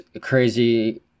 crazy